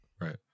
Right